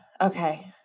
Okay